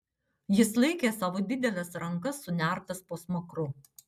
jis laikė savo dideles rankas sunertas po smakru